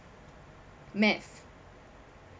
math